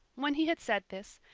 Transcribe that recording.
when he had said this,